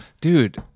Dude